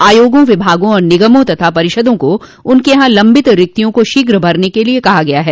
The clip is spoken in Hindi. आयोगों विभागों और निगमों तथा परिषदों को उनक यहां लंबित रिक्तियों को शीघ्र भरने के लिये कहा गया है